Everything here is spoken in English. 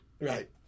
Right